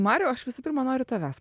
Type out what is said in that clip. mariau aš visų pirma noriu tavęs